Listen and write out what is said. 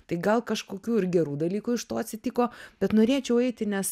tai gal kažkokių ir gerų dalykų iš to atsitiko bet norėčiau eiti nes